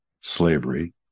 slavery